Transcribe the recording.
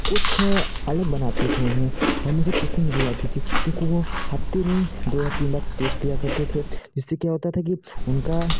वो कुछ अलग बनाती थी उन्हें और मुझे पसंद भी आती थी क्योंकि वो हफ्ते में दो या तीन बार टेस्ट लिया करते थे जिससे क्या होता था कि उनका